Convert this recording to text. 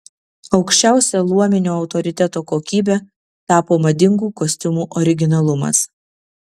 aukščiausia luominio autoriteto kokybe tapo madingų kostiumų originalumas